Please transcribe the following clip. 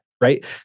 Right